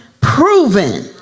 proven